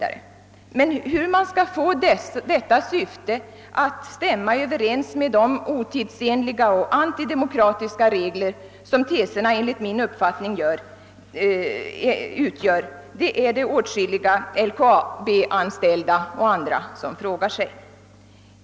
Hur man emellertid skall få detta syfte att stämma överens med de otidsenliga och antidemokratiska regler som teserna enligt min uppfattning utgör är det åtskilliga ELKAB-anställda som frågar sig.